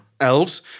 elves